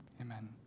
Amen